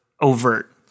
overt